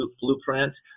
Blueprint